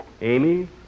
Amy